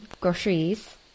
groceries